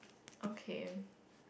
okay